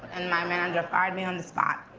and my manager fired me on the spot.